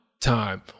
time